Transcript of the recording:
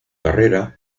carrera